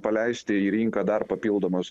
paleisti į rinką dar papildomus